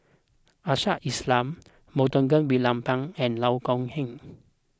Ashley Isham Montague William Pett and Loh Kok Heng